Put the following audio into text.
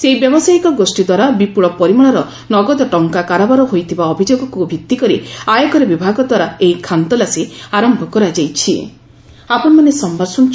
ସେହି ବ୍ୟବସାୟୀକ ଗୋଷ୍ଠୀ ଦ୍ୱାରା ବିପୁଳ ପରିମାଣର ନଗଦ ଟଙ୍କା କାରବାର ହୋଇଥିବା ଅଭିଯୋଗକୁ ଭିତ୍ତି କରି ଆୟକର ବିଭାଗ ଦ୍ୱାରା ଏହି ଖାନତଲାସି ଆରମ୍ଭ କରାଯାଇଚି